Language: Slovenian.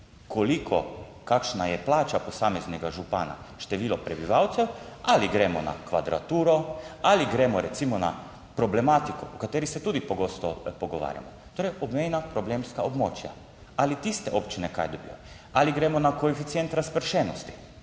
TRAK: (SC) – 11.35 (nadaljevanje) število prebivalcev, ali gremo na kvadraturo ali gremo recimo na problematiko, o kateri se tudi pogosto pogovarjamo, torej obmejna problemska območja ali tiste občine kaj dobijo? Ali gremo na koeficient razpršenosti?